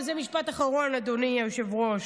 וזה משפט אחרון, אדוני היושב-ראש: